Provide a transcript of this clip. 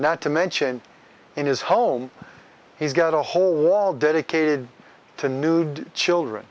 not to mention in his home he's got a whole wall dedicated to nude children